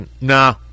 nah